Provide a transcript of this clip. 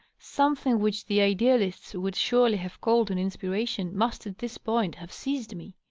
something which the idealists would surely have called an inspiration must at this point have seized me.